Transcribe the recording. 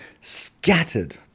scattered